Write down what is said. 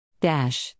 dash